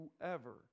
whoever